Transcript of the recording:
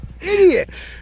Idiot